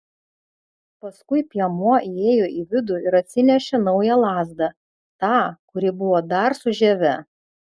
paskui piemuo įėjo į vidų ir atsinešė naują lazdą tą kuri buvo dar su žieve